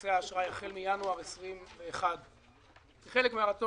בכרטיסי האשראי החל מינואר 2021. זה חלק מהרצון